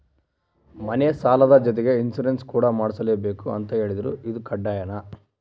ಮನೆ ಸಾಲದ ಜೊತೆಗೆ ಇನ್ಸುರೆನ್ಸ್ ಕೂಡ ಮಾಡ್ಸಲೇಬೇಕು ಅಂತ ಹೇಳಿದ್ರು ಇದು ಕಡ್ಡಾಯನಾ?